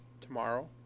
tomorrow